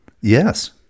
Yes